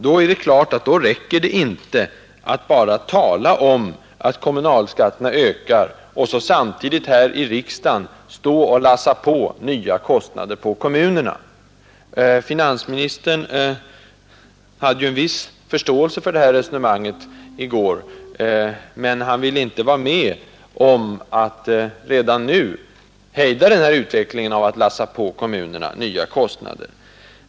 Då är det klart att det inte duger att bara tala om att kommunalskatterna ökar och samtidigt här i riksdagen lassa nya kostnader på kommunerna. Finansministern hade ju en viss förståelse för detta resonemang i går, men han ville inte vara med om att redan nu hejda den här utvecklingen.